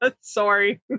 Sorry